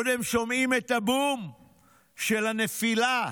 קודם שומעים את הבום של הנפילה